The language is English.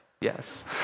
yes